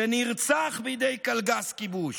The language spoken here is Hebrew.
שנרצח בידי קלגס כיבוש.